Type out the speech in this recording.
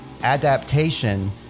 adaptation